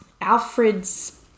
Alfred's